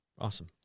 Awesome